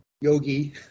yogi